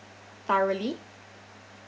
thoroughly